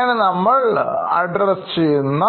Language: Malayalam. അങ്ങനെനമ്മൾ അഡ്രസ്സ് ചെയ്യുന്ന